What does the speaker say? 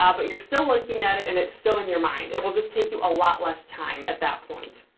ah but you're still looking at it and it's still in your mind. it will just take you a lot less time at that point.